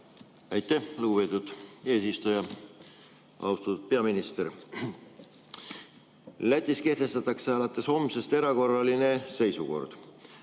Aitäh, lugupeetud eesistuja! Austatud peaminister! Lätis kehtestatakse alates homsest erakorraline seisukord.